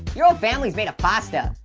your whole family's made of pasta.